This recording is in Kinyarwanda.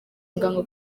muganga